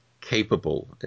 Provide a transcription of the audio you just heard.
capable